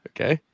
Okay